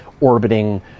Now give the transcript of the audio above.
orbiting